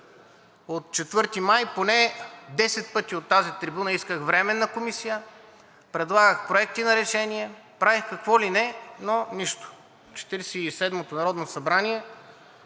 От 4 май поне десет пъти от тази трибуна исках временна комисия, предлагах проекти на решения, правих какво ли не, но нищо. Четиридесет